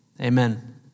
Amen